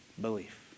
belief